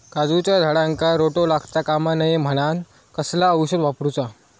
काजूच्या झाडांका रोटो लागता कमा नये म्हनान कसला औषध वापरूचा?